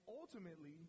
ultimately